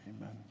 Amen